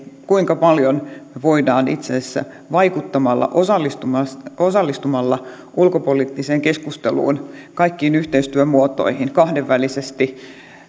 kuinka paljon enemmän voidaan itse asiassa vaikuttamalla osallistumalla osallistumalla ulkopoliittiseen keskusteluun kaikkiin yhteistyömuotoihin kahdenvälisesti